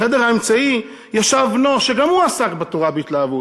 בחדר האמצעי ישב בנו, שגם הוא עסק בתורה בהתלהבות,